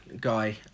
guy